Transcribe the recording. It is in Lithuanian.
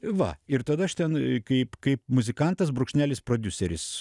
va ir tada aš ten kaip kaip muzikantas brūkšnelis prodiuseris